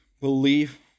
belief